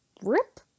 rip